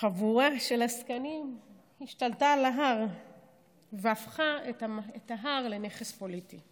חבורה של עסקנים השתלטה על ההר והפכה את ההר לנכס פוליטי.